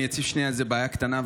אני אציף שנייה איזו בעיה קטנה,